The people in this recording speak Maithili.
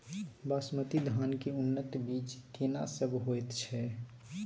बासमती धान के उन्नत बीज केना सब होयत छै?